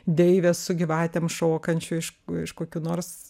deivė su gyvatėm šokančių iš iš kokių nors